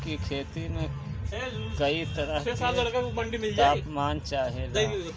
गेहू की खेती में कयी तरह के ताप मान चाहे ला